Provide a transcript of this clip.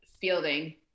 fielding